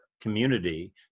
community